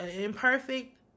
imperfect